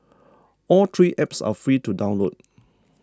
all three apps are free to download